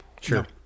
Sure